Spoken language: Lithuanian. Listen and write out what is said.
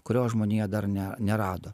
kurio žmonija dar ne nerado